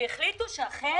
והחליטו שאכן